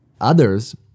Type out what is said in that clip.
Others